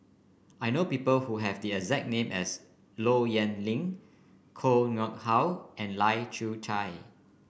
I know people who have the exact name as Low Yen Ling Koh Nguang How and Lai Kew Chai